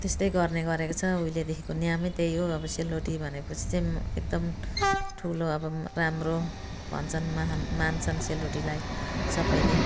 त्यस्तै गर्ने गरेको छ उहिलेदेखिको नियमै त्यही हो अब सेलरोटी भनेपछि चाहिँ एकदम ठुलो अब राम्रो भन्छन् महान मान्छन् सेलरोटीलाई सबैले